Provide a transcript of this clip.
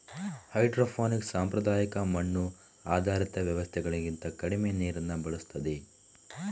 hydroponics ಸಾಂಪ್ರದಾಯಿಕ ಮಣ್ಣು ಆಧಾರಿತ ವ್ಯವಸ್ಥೆಗಳಿಗಿಂತ ಕಡಿಮೆ ನೀರನ್ನ ಬಳಸ್ತದೆ